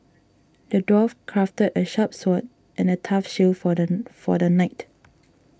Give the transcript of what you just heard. the dwarf crafted a sharp sword and a tough shield for the knight